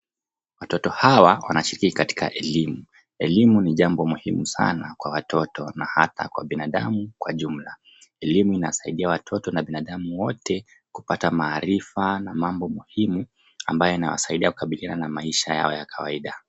Watoto hawa wanashiriki katika elimu, elimu ni jambo muhimu sana kwa watoto hata kwa binadamu kwa jumla. Elimu inasaidia watoto na binadamu wote kupata maarifa na mambo muhimu ambayo inawasaidia kukabiliana na maisha yao ya kawaida.